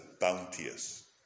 bounteous